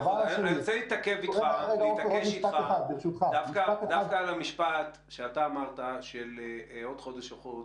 אני רוצה להתעכב אתך דווקא על המשפט שאתה אמרת שעוד חודש או עוד